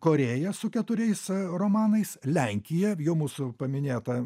korėja su keturiais romanais lenkija jau mūsų paminėta